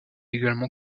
également